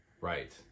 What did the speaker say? right